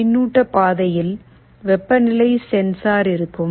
பின்னூட்ட பாதையில் வெப்பநிலை சென்சார் இருக்கும்